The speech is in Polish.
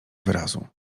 wyrazu